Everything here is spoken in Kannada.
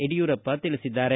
ಯಡಿಯೂರಪ್ಪ ತಿಳಿಸಿದ್ದಾರೆ